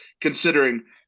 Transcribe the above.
considering